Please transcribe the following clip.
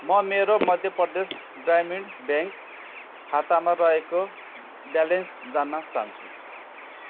म मेरो मध्य प्रदेश ग्रामीण ब्याङ्क खातामा रहेको ब्यालेन्स जान्न चाहन्छु